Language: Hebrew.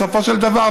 בסופו של דבר,